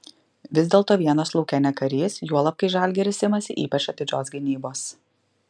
vis dėlto vienas lauke ne karys juolab kai žalgiris imasi ypač atidžios gynybos